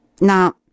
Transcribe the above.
Now